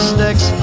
Sticks